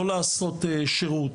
לא להתגייס?